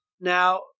Now